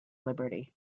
liberty